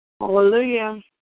Hallelujah